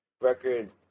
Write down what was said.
record